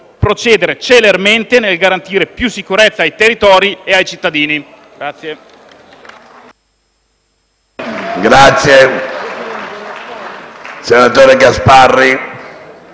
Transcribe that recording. procedere celermente a garantire più sicurezza ai territori e ai cittadini